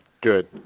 Good